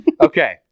Okay